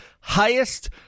highest